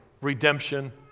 redemption